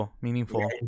meaningful